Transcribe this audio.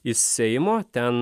iš seimo ten